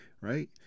right